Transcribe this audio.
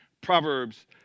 Proverbs